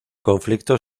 conflicto